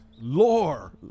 Lore